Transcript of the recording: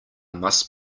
must